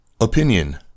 Opinion